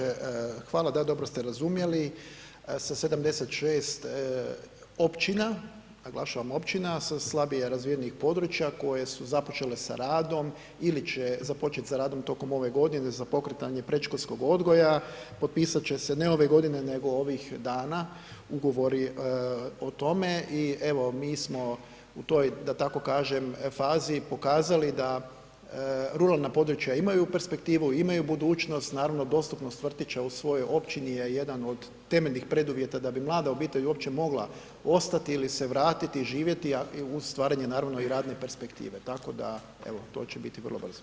Poštovani zastupniče, hvala, da, dobro ste razumjeli, sa 76 Općina, naglašavam Općina sa slabije razvijenih područja koje su započele sa radom ili će započet sa radom tokom ove godine, za pokretanje predškolskog odgoja potpisat će se, ne ove godine, nego ovih dana ugovori o tome, i evo, mi smo u toj, da tako kažem fazi, pokazali da ruralna područja imaju perspektivu, imaju budućnost, naravno dostupnost vrtića u svojoj Općini je jedan od temeljnih preduvjeta da bi mlada obitelj uopće mogla ostati ili se vratiti, i živjeti, uz stvaranje naravno i radne perspektive, tako da evo to će biti vrlo brzo.